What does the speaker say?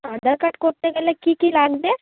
আধার card করতে গেলে কী কী লাগবে